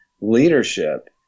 leadership